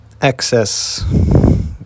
excess